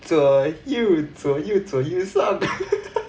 左右左右左右上